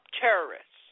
terrorists